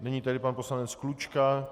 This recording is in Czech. Nyní tedy pan poslanec Klučka.